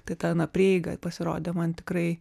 kad ta na prieiga pasirodė man tikrai